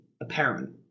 apparent